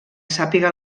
sàpiga